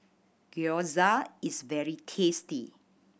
gyoza is very tasty